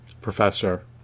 Professor